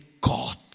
God